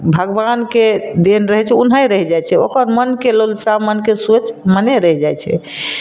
भगबानके देन रहय छै ओनहे रहि जाइ छै ओकर मनके मनसा मनके सोच मने रहि जाइ छै